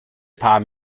paar